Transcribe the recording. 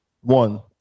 One